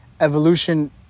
evolution